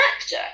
actor